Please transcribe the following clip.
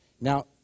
Now